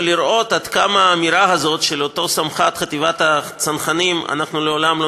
ולראות עד כמה האמירה של אותו סמח"ט הצנחנים: אנחנו לעולם לא